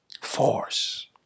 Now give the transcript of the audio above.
Force